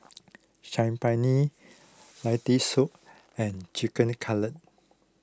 Saag Paneer Lentil Soup and Chicken Cutlet